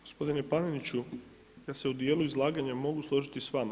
Gospodine Paneniću ja se u dijelu izlaganja mogu složiti sa Vama.